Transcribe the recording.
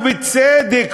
ובצדק,